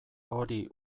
hori